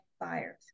buyers